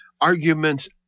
Arguments